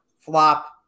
Flop